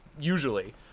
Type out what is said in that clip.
usually